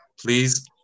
please